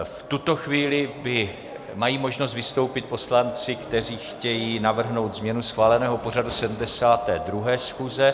V tuto chvíli mají možnost vystoupit poslanci, kteří chtějí navrhnout změnu schváleného pořadu 72. schůze.